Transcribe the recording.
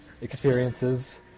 experiences